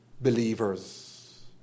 believers